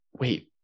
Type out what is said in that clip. wait